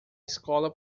escola